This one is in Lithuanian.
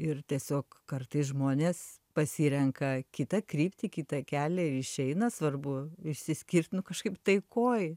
ir tiesiog kartais žmonės pasirenka kitą kryptį kitą kelią ir išeina svarbu išsiskirt nu kažkaip taikoj